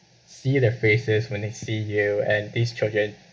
see their faces when they see you and these children